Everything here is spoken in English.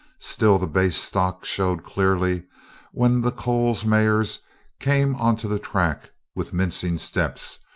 still, the base-stock showed clearly when the coles mares came onto the track with mincing steps,